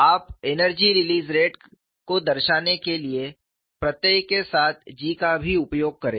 आप energy release rate का दर्शाने के लिए प्रत्यय के साथ G का भी उपयोग करे